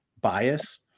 bias